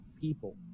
people